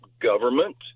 government